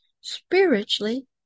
spiritually